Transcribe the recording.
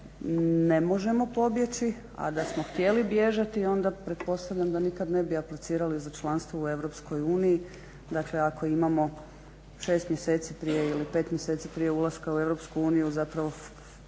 ne možemo pobjeći, a da smo htjeli bježati onda pretpostavljam da nikad ne bi aplicirali za članstvo u EU, dakle ako imamo 6 ili 5 mjeseci prije ulaska u EU zapravo